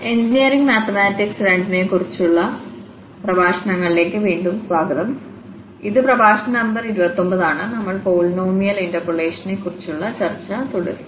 എഞ്ചിനീയറിംഗ്മാത്തമാറ്റിക്സ്രണ്ടിനെക്കുറിച്ചുള്ള പ്രഭാഷണങ്ങളിലേക്ക് വീണ്ടും സ്വാഗതം ഇത് പ്രഭാഷണ നമ്പർ 29 ആണ്നമ്മൾ പോളിനോമിയൽ polynomialഇന്റർപോളേഷനെക്കുറിച്ചുള്ള ചർച്ച തുടരും